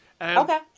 Okay